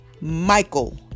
Michael